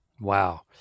Wow